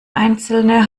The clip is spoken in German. einzelne